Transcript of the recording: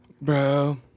Bro